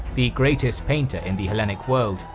the greatest painter in the hellenic world,